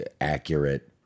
accurate